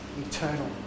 eternal